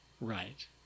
right